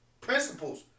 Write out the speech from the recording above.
principles